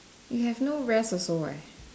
you have no rest also eh